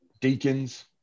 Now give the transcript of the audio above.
deacons